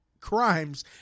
crimes